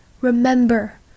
Remember